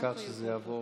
לכך שזה יעבור,